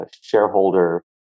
shareholder